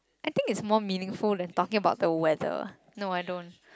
I think it's more meaningful than talking about the weather no I don't